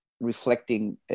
reflecting